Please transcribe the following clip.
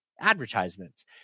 advertisements